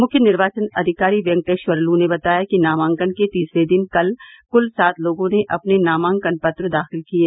मुख्य निर्वाचन अधिकारी वेंकटेश्वर लू ने बताया कि नामांकन के तीसरे दिन कल कुल सात लोगों ने अपने नामांकन पत्र दाखिल किये